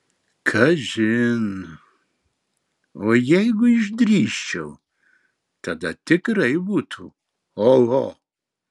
kažin o jeigu išdrįsčiau tada tikrai būtų oho